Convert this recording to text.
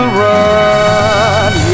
run